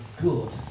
good